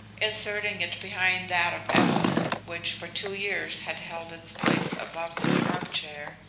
inserting it behind that of evelyn which for two years had held its place above my armchair,